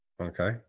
okay